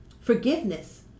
forgiveness